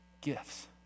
gifts